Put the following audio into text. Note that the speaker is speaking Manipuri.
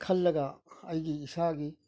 ꯈꯜꯂꯒ ꯑꯩꯒꯤ ꯏꯁꯥꯒꯤ